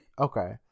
okay